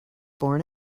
born